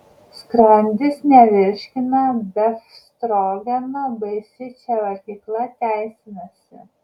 skrandis nevirškina befstrogeno baisi čia valgykla teisinasi